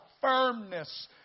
firmness